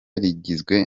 rigizwe